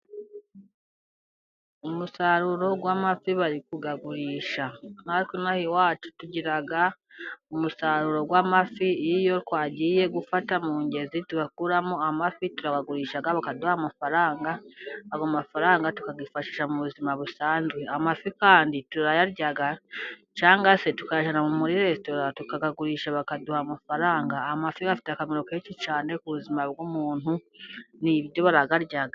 Umusaruro w’amafi, bari kuyagurisha. Natwe, inaha iwacu, tugira umusaruro w’amafi. Iyo twagiye gufata mu ngezi, tugakuramo amafi, turayagurisha, bakaduha amafaranga. Ayo mafaranga, tukayifashisha mu buzima busanzwe. Amafi kandi, turayarya, cyangwa se tukayajyana muri resitora, tukayagurisha, bakaduha amafaranga. Amafi aba afite akamaro kenshi cyane, ku buzima bw’umuntu. Ni ibiryo, barayarya.